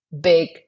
big